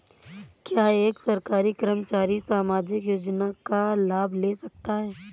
क्या एक सरकारी कर्मचारी सामाजिक योजना का लाभ ले सकता है?